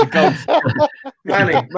Manny